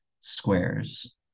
squares